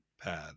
pad